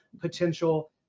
potential